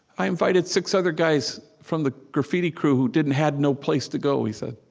i invited six other guys from the graffiti crew who didn't had no place to go, he said.